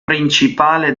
principale